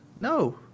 no